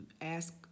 ask